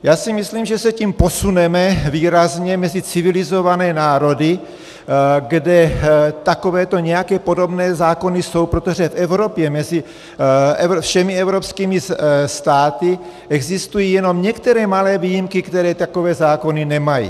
Já si myslím, že se tím posuneme výrazně mezi civilizované národy, kde takovéto nějaké podobné zákony jsou, protože v Evropě mezi všemi evropskými státy existují jenom některé malé výjimky, které takové zákony nemají.